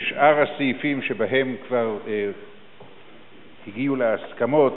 שאר הסעיפים, שבהם כבר הגיעו להסכמות,